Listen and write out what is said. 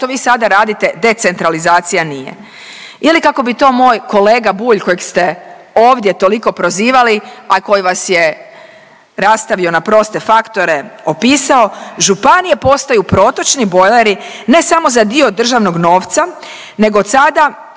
što vi sada radite decentralizacija nije. Ili kao bi to moj kolega Bulj kojeg ste ovdje toliko prozivali, a koji vas je rastavio na proste faktore opisao, županija postaju protočni bojleri, ne samo za dio državnog novca, nego od sada